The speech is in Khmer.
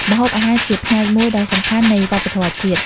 ម្ហូបអាហារជាផ្នែកមួយដ៏សំខាន់នៃវប្បធម៌ជាតិ។